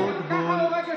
חבר הכנסת אבוטבול, שנייה.